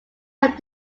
have